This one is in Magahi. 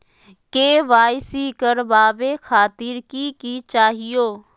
के.वाई.सी करवावे खातीर कि कि चाहियो?